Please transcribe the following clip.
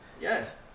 Yes